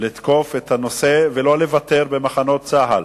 לתקוף את הנושא ולא לוותר במחנות צה"ל.